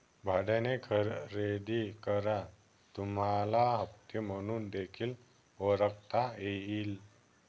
भाड्याने खरेदी करा तुम्हाला हप्ते म्हणून देखील ओळखता येईल